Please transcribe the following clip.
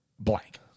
Blank